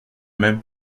même